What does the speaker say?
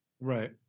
right